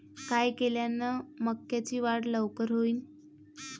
काय केल्यान मक्याची वाढ लवकर होईन?